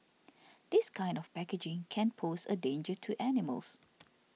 this kind of packaging can pose a danger to animals